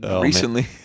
recently